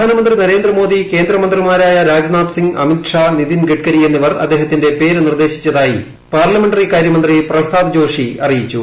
പ്രധാനമന്ത്രി നരേന്ദ്രമോദി കേന്ദ്രമന്ത്രിമാരായ രാജ്നാഥ്സിംഗ് അമിത്ഷാ നിതിൻ ഗഡ്കരി എന്നിവർ അദ്ദേഹത്തിന്റെ പേര് നിർദ്ദേശിച്ചതായി പാർലമെന്ററി കാര്യമന്ത്രി പ്രൾഹാദ് ജോഷി അറിയിച്ചു